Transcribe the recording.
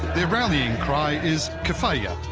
their rallying cry is kefaya,